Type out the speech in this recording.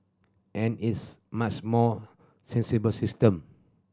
and it's much more sensible system